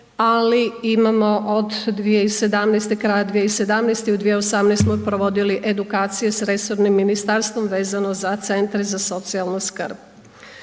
ali imamo od 2017., kraja 2017., u 2018. smo provodili edukacije s resornim ministarstvom vezano za CZSS-e. Ono što